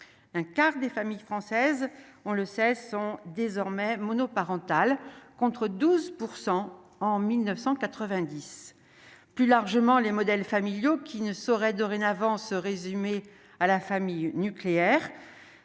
un quart des familles françaises, on le sait, sont désormais monoparentale, contre 12 % en 1990 plus largement les modèles familiaux qui ne saurait dorénavant se résumer à la famille nucléaire